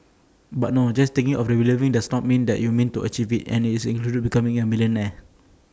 but no just thinking or believing does not mean that you mean to achieve IT and that includes becoming A millionaire